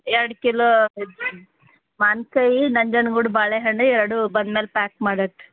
ಎರಡ್ ಕಿಲೋ ಮಾವಿನ್ಕಾಯಿ ನಂಜನ್ಗೂಡು ಬಾಳೆಹಣ್ಣು ಎರಡು ಬಂದ ಮೇಲೆ ಪ್ಯಾಕ್ ಮಾಡದ್